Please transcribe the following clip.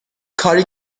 کاری